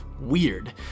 weird